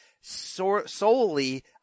solely